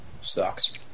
Sucks